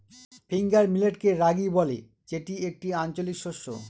finger মিলেটকে রাগি বলে যেটি একটি আঞ্চলিক শস্য